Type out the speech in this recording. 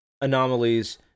anomalies